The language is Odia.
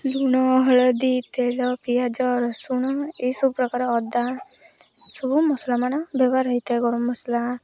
ଲୁଣ ହଳଦୀ ତେଲ ପିଆଜ ରସୁଣ ଏଇସବୁ ପ୍ରକାର ଅଦା ସବୁ ମସଲାମାନ ବ୍ୟବହାର ହେଇଥାଏ ଗରମ ମସଲା